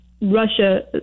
Russia